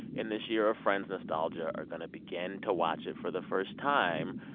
in this year of friends nostalgia, are going to begin to watch it for the first time,